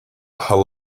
hull